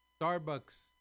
Starbucks